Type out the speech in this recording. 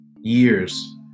Years